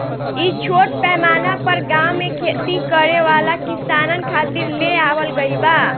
इ छोट पैमाना पर गाँव में खेती करे वाला किसानन खातिर ले आवल गईल बा